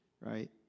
right